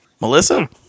Melissa